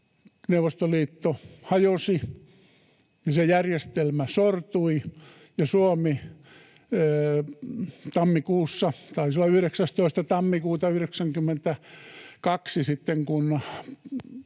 Neuvostoliitto hajosi ja se järjestelmä sortui, ja Suomi tammikuussa — taisi olla 19. tammikuuta 92,